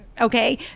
okay